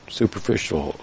superficial